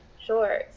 Sure